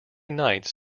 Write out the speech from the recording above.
nights